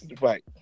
Right